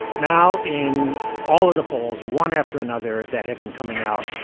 now in all of the polls, one after another that have been coming out,